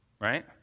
Right